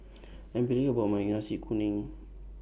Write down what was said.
I'm particular about My Nasi Kuning